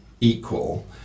equal